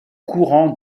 courant